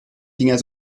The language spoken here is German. dinger